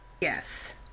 Yes